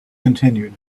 continued